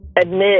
admit